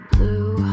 Blue